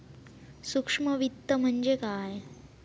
सूक्ष्म वित्त म्हणजे काय?